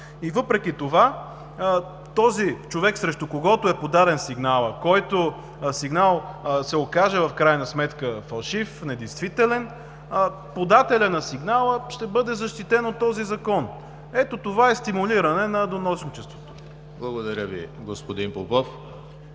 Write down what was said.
И въпреки това този човек, срещу когото е подаден сигналът, който сигнал се окаже в крайна сметка фалшив, недействителен, подателят на сигнала ще бъде защитен от този Закон. Ето това е стимулиране на доносничеството. ПРЕДСЕДАТЕЛ ЕМИЛ ХРИСТОВ: Благодаря Ви, господин Попов.